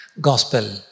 gospel